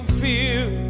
feel